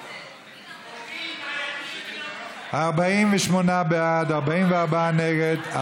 הציונית העולמית ושל הסוכנות היהודית לארץ ישראל